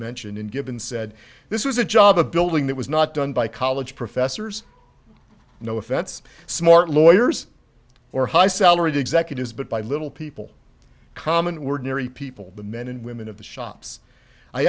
mentioned in given said this was a job a building that was not done by college professors no offense smart lawyers or high salaried executives but by little people common ordinary people the men and women of the shops i